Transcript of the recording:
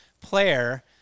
player